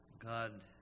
God